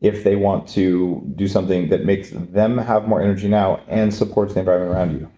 if they want to do something that makes them them have more energy and supports the environment around you?